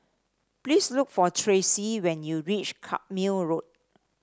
please look for Tracy when you reach Carpmael Road